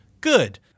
good